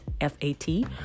f-a-t